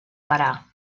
parar